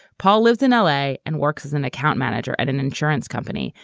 paul lives in l a. and works as an account manager at an insurance company,